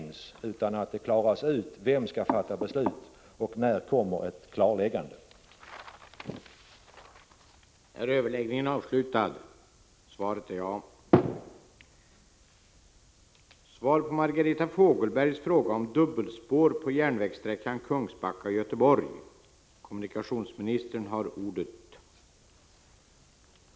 Man bör alltså klara ut vem det är som skall fatta beslut och när ett klarläggande kan komma.